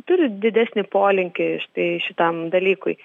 turi didesnį polinkį štai šitam dalykui